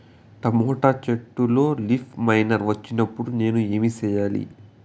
Tomato చెట్టులో leaf miner వచ్చినప్పుడు నేను ఏమి చెయ్యాలి?